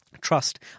trust